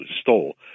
stole